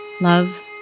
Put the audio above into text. Love